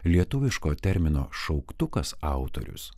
lietuviško termino šauktukas autorius